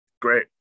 great